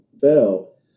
fell